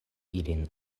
ilin